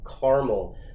caramel